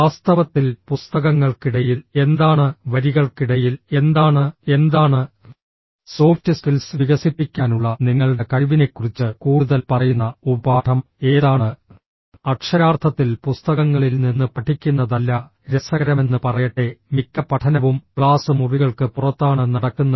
വാസ്തവത്തിൽ പുസ്തകങ്ങൾക്കിടയിൽ എന്താണ് വരികൾക്കിടയിൽ എന്താണ് എന്താണ് സോഫ്റ്റ് സ്കിൽസ് വികസിപ്പിക്കാനുള്ള നിങ്ങളുടെ കഴിവിനെക്കുറിച്ച് കൂടുതൽ പറയുന്ന ഉപപാഠം ഏതാണ് അക്ഷരാർത്ഥത്തിൽ പുസ്തകങ്ങളിൽ നിന്ന് പഠിക്കുന്നതല്ല രസകരമെന്നു പറയട്ടെ മിക്ക പഠനവും ക്ലാസ് മുറികൾക്ക് പുറത്താണ് നടക്കുന്നത്